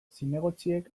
zinegotziek